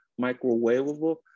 microwavable